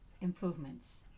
improvements